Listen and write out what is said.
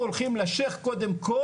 הולכים לשייח' קודם כל.